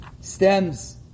stems